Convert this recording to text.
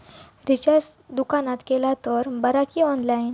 Recharge दुकानात केला तर बरा की ऑनलाइन?